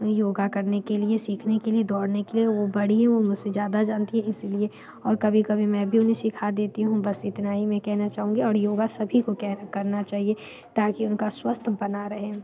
योग करने के लिए सीखने के लिए दौड़ने के लिए वो बड़ी है वो मुझ से ज़्यादा जानती हैं इस लिए और कभी कभी मैं भी उन्हें सीखा देती हूँ बस इतना ही मैं कहना चाहूँगी और योग सभी को करना चाहिए ताकि उनका स्वास्थ्य बना रहे